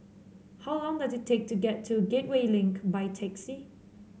how long does it take to get to Gateway Link by taxi